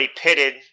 pitted